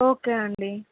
okay అండి